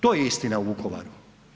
To je istina o Vukovaru.